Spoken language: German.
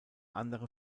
andere